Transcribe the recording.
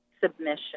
submission